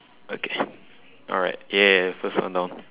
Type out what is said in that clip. okay alright yeah first one down